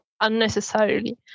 unnecessarily